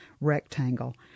rectangle